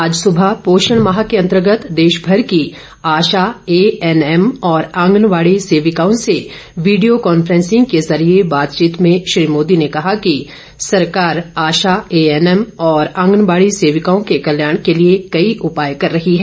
आज सवेरे पोषण माह के अंतर्गत देशभर की आशा ए एन एम और आंगनवाड़ी सेविकाओं से वीडियो काफ्रेंसिंग के जरिये बातचीत में श्री मोदी ने कहा कि सरकार आशा ए एन एम और आंगनवाड़ी सेविकाओं के कल्याण के लिए कई उपाय कर रही है